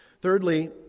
thirdly